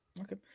Okay